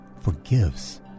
forgives